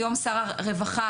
היום שר הרווחה,